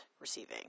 receiving